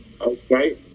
Okay